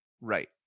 Right